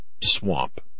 swamp